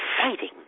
fighting